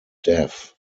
deaf